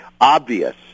obvious